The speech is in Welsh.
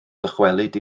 ddychwelyd